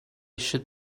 should